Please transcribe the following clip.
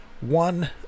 one